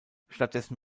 stattdessen